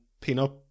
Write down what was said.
peanut